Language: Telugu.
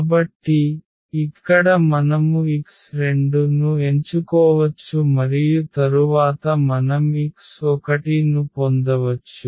కాబట్టి ఇక్కడ మనము x2 ను ఎంచుకోవచ్చు మరియు తరువాత మనం x1 ను పొందవచ్చు